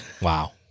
Wow